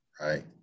right